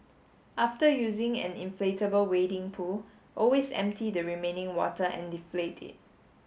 after using an inflatable wading pool always empty the remaining water and deflate it